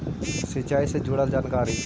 सिंचाई से जुड़ल जानकारी?